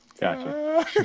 Gotcha